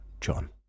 John